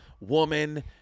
woman